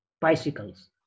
bicycles